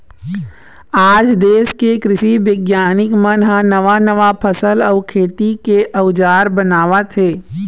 आज देश के कृषि बिग्यानिक मन ह नवा नवा फसल अउ खेती के अउजार बनावत हे